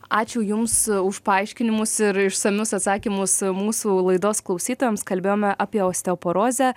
ačiū jums už paaiškinimus ir išsamius atsakymus mūsų laidos klausytojams kalbėjome apie osteoporozę